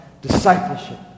discipleship